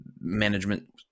management